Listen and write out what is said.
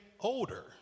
older